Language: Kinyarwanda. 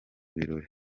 birori